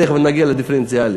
ותכף נגיע לדיפרנציאלי,